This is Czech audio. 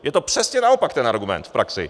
Je to přesně naopak, ten argument v praxi.